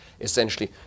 essentially